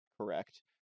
correct